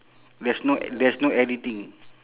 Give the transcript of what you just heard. there's no there's no editing